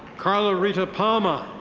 carla rita palmer.